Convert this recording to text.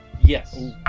Yes